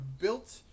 built